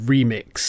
Remix